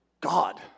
God